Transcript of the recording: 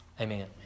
Amen